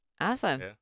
Awesome